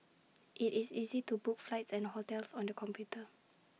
IT is easy to book flights and hotels on the computer